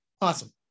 Awesome